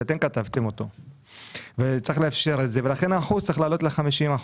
זה אתם כתבתם אותו וצריך לאפשר את זה ולכן האחוז צריך לעלות ל-50%.